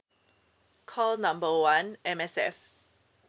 call number one M_S_F